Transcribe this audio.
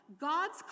God's